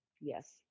Yes